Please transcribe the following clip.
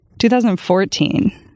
2014